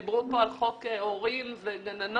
דיברו פה על חוק הורים וגננות.